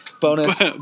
Bonus